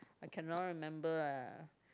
I cannot remember lah